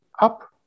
up